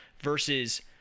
versus